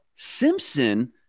Simpson